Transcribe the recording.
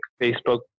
Facebook